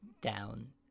down